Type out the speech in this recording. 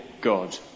God